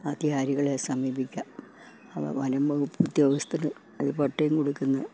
അധികാരികളെ സമീപിക്കാം അവ വനം വകുപ്പുദ്യോഗസ്ഥന് അത് പട്ടയം കൊടുക്കുന്ന